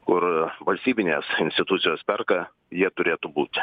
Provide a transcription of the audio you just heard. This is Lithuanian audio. kur valstybinės institucijos perka jie turėtų būti